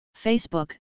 Facebook